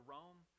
Rome